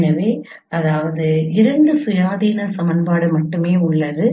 எனவே அதாவது இரண்டு சுயாதீன சமன்பாடு மட்டுமே உள்ளது